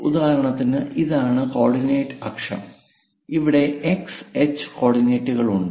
ഉദാഹരണത്തിന് ഇതാണ് കോർഡിനേറ്റ് അക്ഷം ഇവിടെ x h കോർഡിനേറ്റുകൾ ഉണ്ട്